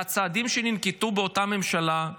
והצעדים שננקטו באותה ממשלה,